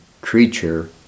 creature